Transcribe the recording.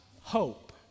hope